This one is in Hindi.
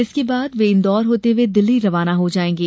इसके बाद वे इंदौर होते हुए दिल्ली रवाना हो जाएंगे